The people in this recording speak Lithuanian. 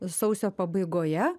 sausio pabaigoje